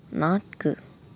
நான்கு